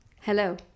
Hello